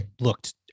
looked